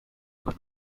were